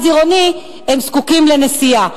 להגיע למרכז עירוני, הם זקוקים לנסיעה.